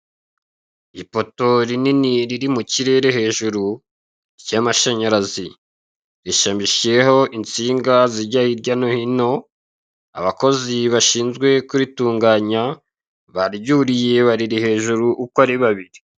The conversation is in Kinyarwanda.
Ipoto rinini riri mu kirere hejuru ry'amashanyarazi rishamikiyeho insinga zijya hirya no hino abakozi bashinzwe kuritunganya baryuriye bariri hejuru uko ari babiri.